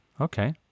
Okay